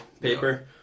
paper